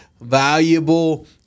valuable